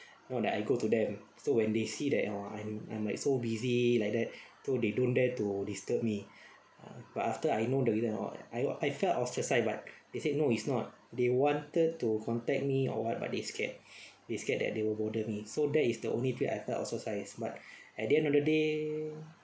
not that I go to them so when they see that oh I'm I'm like so busy like that so they don't dare to disturb me but after I know the reason oh I felt ostracised but they say no it's not they wanted to contact me or what but they scared they scared that they will bother me so that is the only thing I felt ostracised but at the end of the day